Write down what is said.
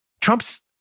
Trump's